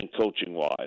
coaching-wise